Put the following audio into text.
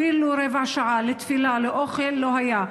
אפילו רבע שעה לתפילה או לאוכל לא היה.